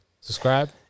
Subscribe